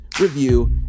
review